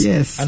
Yes